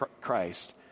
Christ